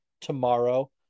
tomorrow